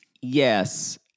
yes